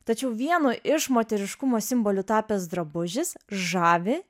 tačiau vienu iš moteriškumo simboliu tapęs drabužis žavi